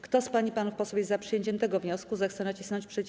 Kto z pań i panów posłów jest za przyjęciem tego wniosku, zechce nacisnąć przycisk.